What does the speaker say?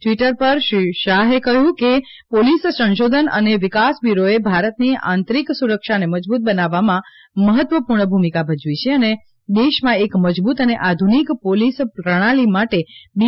Twitter પર શ્રી શાહે કહ્યું કે પોલીસ સંશોધન અનેવિકાસ બ્યુરોએ ભારતની આંતરિક સુરક્ષાને મજબૂત બનાવવામાં મહત્વપૂર્ણ ભૂમિકા ભજવી છે અને દેશમાં એક મજબૂત અને આધુનિક પોલીસ પ્રણાલી માટે બી